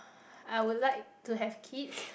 I would like to have kids